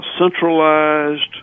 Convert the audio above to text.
centralized